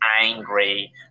Angry